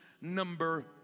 number